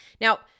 Now